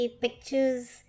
pictures